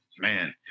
man